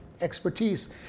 expertise